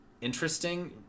interesting